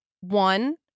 one